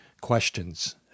questions